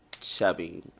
chubby